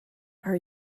are